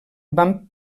van